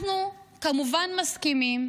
אנחנו כמובן מסכימים,